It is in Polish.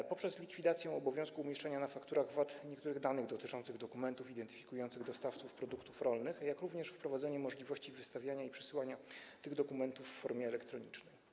Zmiana ta dotyczy likwidacji obowiązku umieszczania na fakturach VAT niektórych danych dotyczących dokumentów identyfikujących dostawców produktów rolnych, jak również wprowadzenia możliwości wystawiania i przysyłania tych dokumentów w formie elektronicznej.